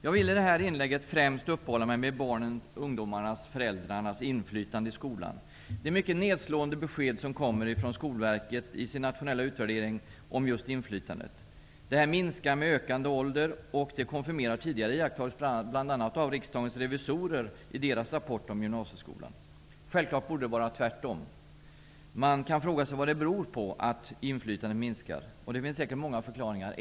Jag vill i det här inlägget främst uppehålla mig vid barnens, ungdomarnas och föräldrarnas inflytande i skolan. Det är mycket nedslående besked som Skolverket lämnar i sin nationella utvärdering om just inflytandet. Att detta minskar med ökande ålder konfirmerar tidigare iakttagelser, bl.a. av Självklart borde det vara tvärtom. Man kan fråga sig vad det beror på att inflytandet minskar. Det finns säkert många förklaringar.